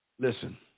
Listen